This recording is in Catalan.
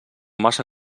massa